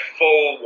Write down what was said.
full